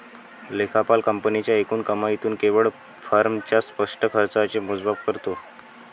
लेखापाल कंपनीच्या एकूण कमाईतून केवळ फर्मच्या स्पष्ट खर्चाचे मोजमाप करतो